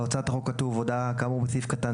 בהצעת החוק כתוב "הודעה כאמור בסעיף קטן